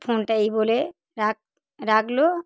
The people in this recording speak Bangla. ফোনটা এই বলে রাখ রাখলো